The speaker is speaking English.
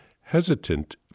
hesitant